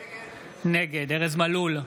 נגד ארז מלול,